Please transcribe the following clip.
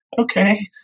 okay